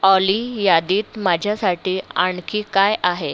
ऑली यादीत माझ्यासाठी आणखी काय आहे